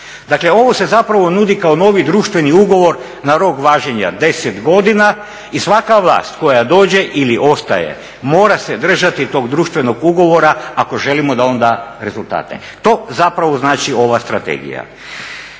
Dakle, ovo se zapravo nudi kao novi društveni ugovor na rok važenja 10 godina i svaka vlast koja dođe ili ostaje mora se držati tog društvenog ugovora ako želimo da on da rezultate. To zapravo znači ova strategija.